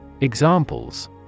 Examples